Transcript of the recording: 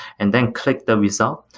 and then click the result.